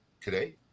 today